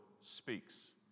speaks